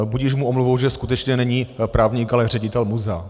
Budiž mu omluvou, že skutečně není právník, ale ředitel muzea.